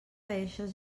eixes